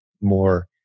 more